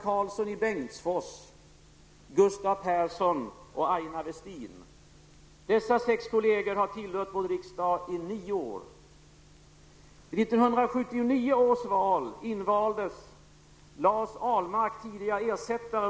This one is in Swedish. Dessa sex kollegor har tillhört vår riksdag i nio år.